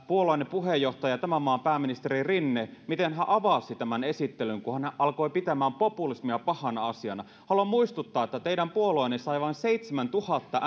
puolueenne puheenjohtaja ja tämän maan pääministeri rinne avasi tämän esittelyn kun hän hän alkoi pitämään populismia pahana asiana haluan muistuttaa että teidän puolueenne sai vain seitsemäntuhatta